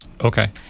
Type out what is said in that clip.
Okay